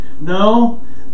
no